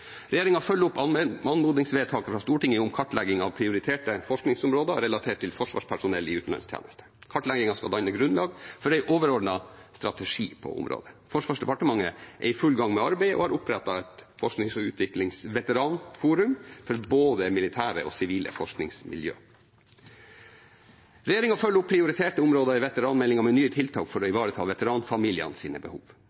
følger opp anmodningsvedtaket fra Stortinget om kartlegging av prioriterte forskningsområder relatert til forsvarspersonell i utenlandstjeneste. Kartleggingen skal danne grunnlag for en overordnet strategi på området. Forsvarsdepartementet er i full gang med arbeidet og har opprettet et forsknings- og utviklingsveteranforum for både militære og sivile forskningsmiljø. Regjeringen følger opp prioriterte områder i veteranmeldingen med nye tiltak for å